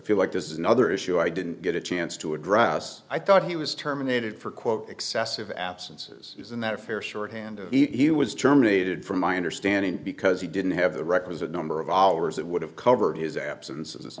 you like this is another issue i didn't get a chance to address i thought he was terminated for quote excessive absences isn't that a fair shorthand he was terminated from my understanding because he didn't have the requisite number of hours it would have covered his absence of this